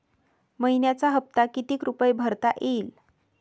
मइन्याचा हप्ता कितीक रुपये भरता येईल?